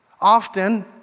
Often